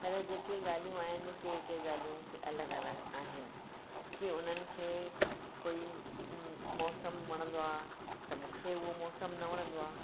पर जेके ॻाल्हियूं आहिनि के के ॻाल्हियूं अलॻि अलॻि आहिनि की उन्हनि खे कोई मौसम वणंदो आहे त मूंखे उहो मौसम न वणंदो आहे